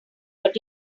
but